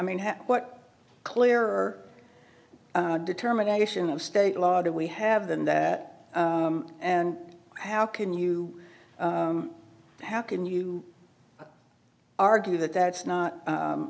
mean what clearer determination of state law do we have than that and how can you how can you argue that that's not